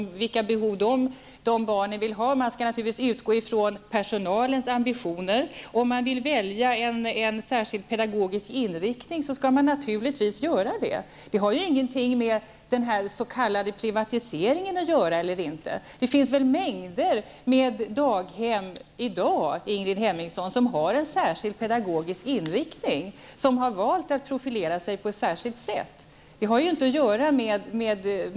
Man skall naturligtvis utgå från personalens ambitioner. Om man vill välja en särskild pedagogisk inriktning skall man naturligtvis göra det. Det har ingenting med den s.k. privatiseringen att göra. Det finns i dag mängder av daghem som har en särskild pedagogisk inriktning, som har valt att profilera sig på ett särskilt sätt. Det har inte med frågan att göra.